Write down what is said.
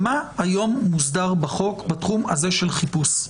מה היום מוסדר בחוק בתחום הזה של חיפוש.